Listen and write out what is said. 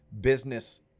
business